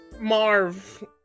marv